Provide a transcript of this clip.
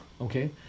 okay